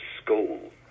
school